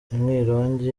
umwirongi